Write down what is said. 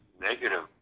negative